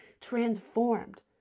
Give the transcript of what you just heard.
transformed